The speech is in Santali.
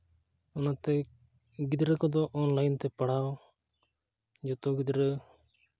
ᱚᱱᱟᱛᱮ ᱜᱤᱫᱽᱨᱟᱹ ᱠᱚᱫᱚ ᱚᱱᱞᱟᱭᱤᱱᱛᱮ ᱯᱟᱲᱦᱟᱣ ᱡᱚᱛᱚ ᱜᱤᱫᱽᱨᱟᱹ